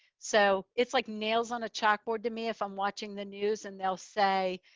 so it's like nails on a chalkboard to me, if i'm watching the news and they'll say,